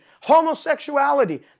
homosexuality